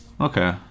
Okay